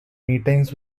meetings